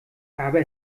aber